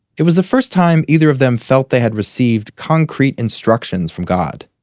it was the first time either of them felt they had received concrete instructions from god.